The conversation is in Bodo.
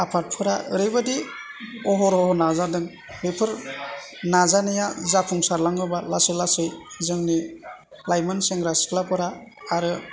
आफादफोरा ओरैबादि अहर अहर नाजादों बेफोर नाजानाया जाफुंसारलाङोबा लासै लासै जोंनि लाइमोन सेंग्रा सिख्लाफोरा आरो